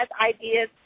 ideas